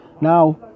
now